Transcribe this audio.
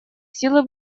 силы